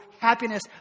happiness